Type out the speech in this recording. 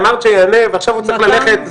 אמרת שיענה ועכשיו הוא צריך ללכת,